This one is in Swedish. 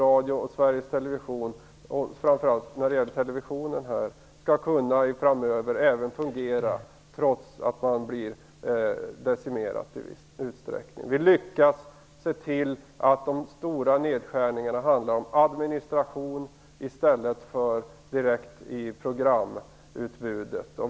Detta har varit möjligt trots de insatser som Gunnar Hökmark har gjort för att försöka knäcka Sveriges Radio och Sveriges Television. Vi har lyckats se till att de stora nedskärningarna görs i administrationen i stället för direkt i programutbudet.